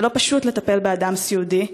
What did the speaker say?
זה לא פשוט לטפל באדם סיעודי,